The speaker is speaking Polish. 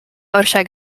orszak